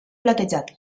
platejat